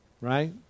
Right